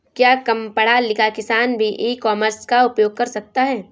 क्या कम पढ़ा लिखा किसान भी ई कॉमर्स का उपयोग कर सकता है?